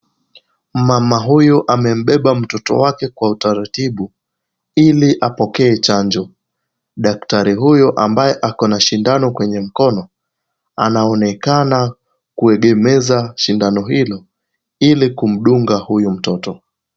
Mama huyu amembeba mtoto wake kwa utaratibu ili apokee chanjo. Daktari huyu ambaye ako na sindano kwenye mkono, anaonekana kuegemeza sindano hilo ili kumdunga huyo mtoto.